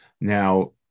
Now